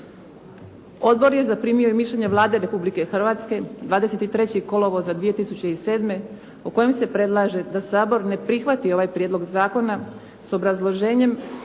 Odbor je zaprimio mišljenje Vlade Republike Hrvatske 23. kolovoza 2007. u kojem se predlaže da Sabor ne prihvati ovaj prijedlog zakona s obrazloženjem